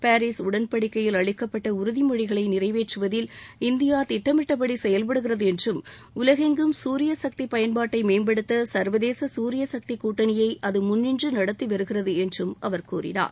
Paris உடன்படிக்கையில் அளிக்கப்பட்ட உறுதிமொழிகளை நிறைவேற்றுவதில் இந்தியா திட்டமிட்டபடி செயல்படுகிறது என்றும் உலகெங்கும் சூரிய சக்தி பயன்பாட்டை மேம்படுத்த சர்வதேச சூரிய சக்தி கூட்டணியை அது முன்னின்று நடத்தி வருகிறது என்றும் அவர் கூறினார்